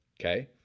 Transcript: Okay